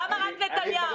למה רק נתניהו?